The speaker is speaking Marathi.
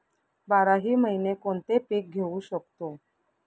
बाराही महिने कोणते पीक घेवू शकतो?